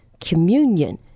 communion